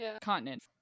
continent